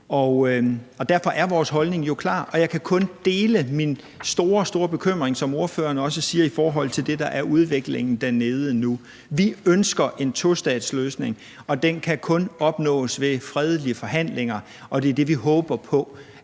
Derfor er vores holdning klar, og jeg kan kun dele min store, store bekymring i forhold til det, der, som ordføreren også siger, er udviklingen dernede nu. Vi ønsker en tostatsløsning, og den kan kun opnås ved fredelige forhandlinger, og det er det, vi håber på.